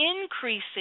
increasing